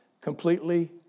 completely